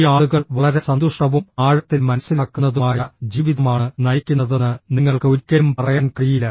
ഈ ആളുകൾ വളരെ സന്തുഷ്ടവും ആഴത്തിൽ മനസ്സിലാക്കുന്നതുമായ ജീവിതമാണ് നയിക്കുന്നതെന്ന് നിങ്ങൾക്ക് ഒരിക്കലും പറയാൻ കഴിയില്ല